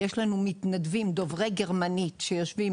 יש לנו מתנדבים דוברי גרמנית שיושבים